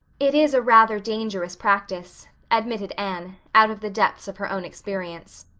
it is a rather dangerous practice, admitted anne, out of the depths of her own experience.